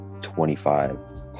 25